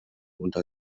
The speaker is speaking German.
unter